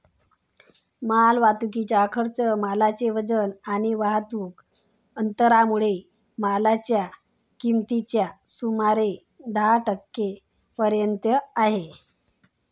माल वाहतुकीचा खर्च मालाचे वजन आणि वाहतुक अंतरामुळे मालाच्या किमतीच्या सुमारे दहा टक्के पर्यंत आहे